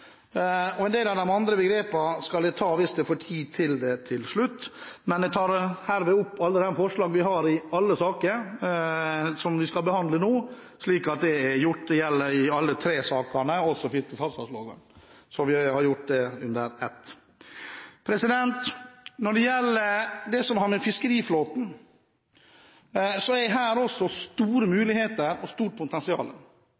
og en del av de andre begrepene skal jeg ta hvis jeg får tid til det til slutt, men jeg tar herved opp alle de forslag vi er med på i alle sakene vi skal behandle nå, slik at det er gjort. Det gjelder i alle tre sakene, også fiskesalgslagsloven, så vi har gjort det under ett. Når det gjelder fiskeriflåten, er det også her store muligheter og stort potensial. Vi har allerede hørt regjeringens standpunkt om hva som er